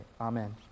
Amen